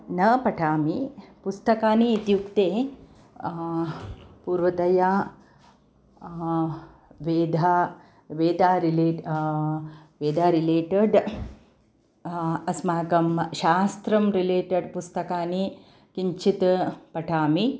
न पठामि पुस्तकानि इत्युक्ते पूर्वतया वेद वेदारिलेट् वेदा रिलेटेड् अस्माकं शास्त्रं रिलेटेड् पुस्तकानि किञ्चित् पठामि